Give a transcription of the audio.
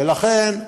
ולכן,